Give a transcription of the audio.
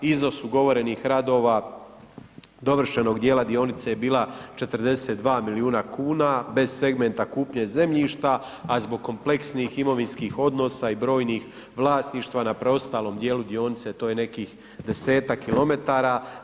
Iznos ugovorenih radova dovršenog dijela dionice je bila 42 milijuna kuna bez segmenta kupnje zemljišta a zbog kompleksnih imovinskih odnosa i brojnih vlasništva na preostalom dijelu dionice to je nekih 10km.